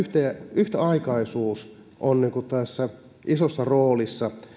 yhtäaikaisuus on tässä isossa roolissa